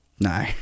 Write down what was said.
No